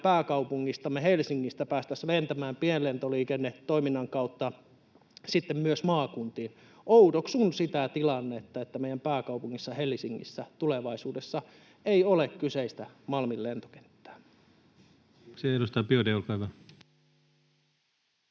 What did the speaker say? pääkaupungistamme Helsingistä päästäisi lentämään pienlentoliikennetoiminnan kautta sitten myös maakuntiin. Oudoksun sitä tilannetta, että meidän pääkaupungissamme Helsingissä tulevaisuudessa ei ole kyseistä Malmin lentokenttää.